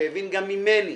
שהבין גם ממני